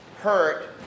hurt